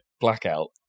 Blackout